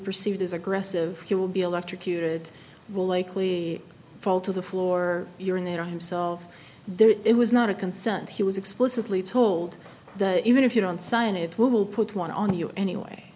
perceived as aggressive he will be electrocuted will likely fall to the floor you're in there himself there it was not a consent he was explicitly told that even if you don't sign it will put one on you anyway